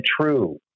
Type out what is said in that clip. true